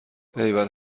ایول